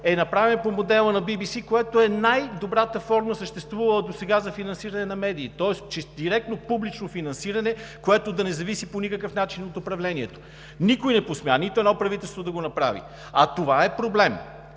е направен по модела на BBC, което е най-добрата форма, съществувала досега за финансиране на медии, тоест директно публично финансиране, което да не зависи по никакъв начин от управлението. Никой не посмя – нито едно правителство, да го направи. А това е проблем!